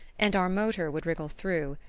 and our motor would wriggle through,